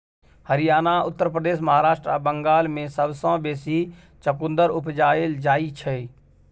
हरियाणा, उत्तर प्रदेश, महाराष्ट्र आ बंगाल मे सबसँ बेसी चुकंदर उपजाएल जाइ छै